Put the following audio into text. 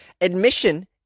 Admission